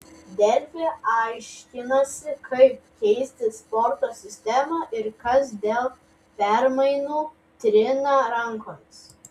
delfi aiškinosi kaip keisis sporto sistema ir kas dėl permainų trina rankomis